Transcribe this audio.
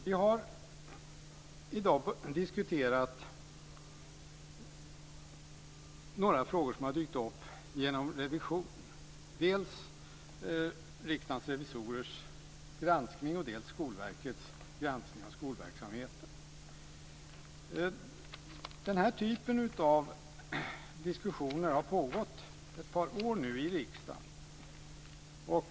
Vi har i dag diskuterat några frågor som har dykt upp genom revision, dels riksdagens revisorers granskning dels Skolverkets granskning av skolverksamheten. Den här typen av diskussioner har pågått ett par år i riksdagen.